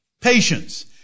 Patience